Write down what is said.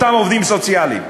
אותם עובדים סוציאליים.